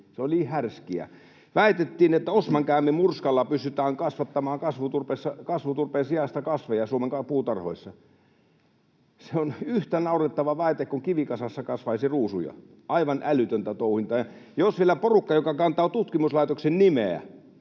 se oli niin härskiä — että väitettiin, että osmankäämimurskalla pystytään kasvattamaan kasvuturpeen sijasta kasveja Suomen puutarhoissa. Se on yhtä naurettava väite kuin että kivikasassa kasvaisi ruusuja. Aivan älytöntä toimintaa. Jos vielä porukka, joka kantaa tutkimuslaitoksen nimeä,